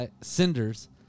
cinders